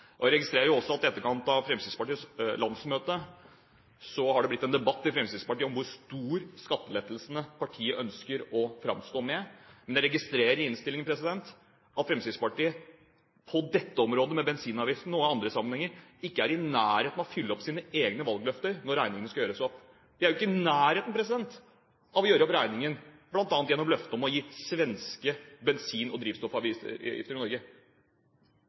og avgiftene. Jeg registrerer også at i etterkant av Fremskrittspartiets landsmøte har det blitt en debatt i Fremskrittspartiet om hvor store skattelettelser partiet ønsker å framstå med, men jeg registrerer i innstillingen at Fremskrittspartiet på dette området, med bensinavgiften og i andre sammenhenger, ikke er i nærheten av å fylle opp sine egne valgløfter når regningen skal gjøres opp. De er ikke i nærheten av å gjøre opp regningen bl.a. for løftet om å gi svenske bensin- og